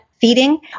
feeding